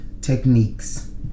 techniques